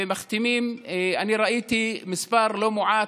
ומחתימים, אני ראיתי מספר לא מועט,